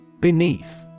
Beneath